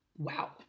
Wow